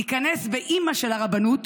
ניכנס באימא של הרבנות,